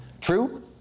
True